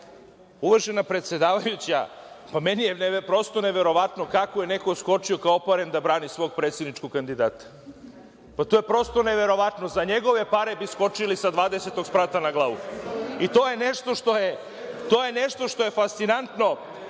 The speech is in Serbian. uvažena predsedavajuća, meni je prosto neverovatno kako je neko skočio kao oparen da brani svog predsedničkog kandidata. To je prosto neverovatno, za njegove pare bi skočili sa 20 sprata na glavu. I, to je nešto što je fascinantno.